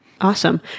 Awesome